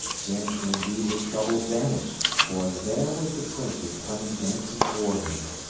then indeed his troubles vanished, for there was the princess coming dancing towards him,